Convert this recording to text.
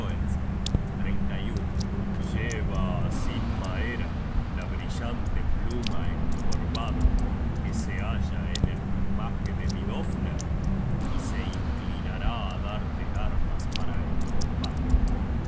cruel giganta fioelsving lleva á sin maera la brillante pluma encorvada que se halla en el plumaje de vidofner y se inclinará á darte armas para el combate